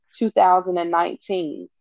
2019